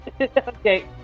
Okay